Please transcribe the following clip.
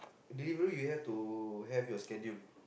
delivery you have to have your schedule